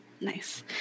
nice